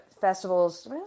festivals